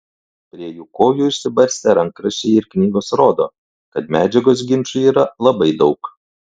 prie jų kojų išsibarstę rankraščiai ir knygos rodo kad medžiagos ginčui yra labai daug